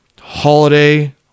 holiday